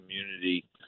community